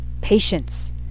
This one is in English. Patience